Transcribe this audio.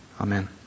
Amen